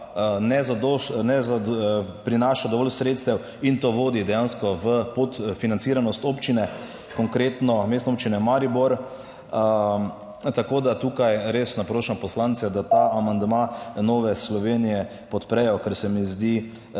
ne prinaša dovolj sredstev in to vodi dejansko v podfinanciranost občine, konkretno Mestne občine Maribor. Tako, da tukaj res naprošam poslance, da ta amandma Nove Slovenije podprejo, ker se mi zdi